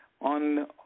on